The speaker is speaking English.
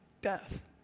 death